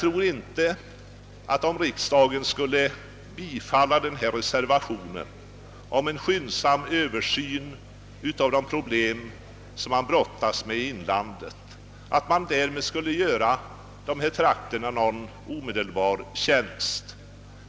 Om riksdagen skulle bifalla reservationen om en skyndsam översyn av de problem man brottas med i inlandet, så tror jag inte att man därmed skulle göra dessa trakter någon omedelbar tjänst.